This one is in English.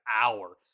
hour